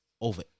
over